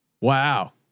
Wow